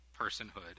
personhood